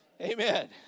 Amen